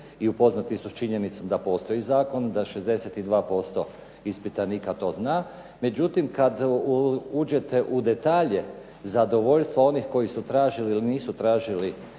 i upoznati su sa činjenicom da postoji zakon, da 62% ispitanika to zna. Međutim, kada uđete u detalje zadovoljstva onih koji su tražili ili nisu tražili